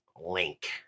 link